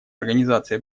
организации